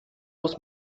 muss